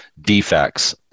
defects